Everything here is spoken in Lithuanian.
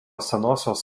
senosios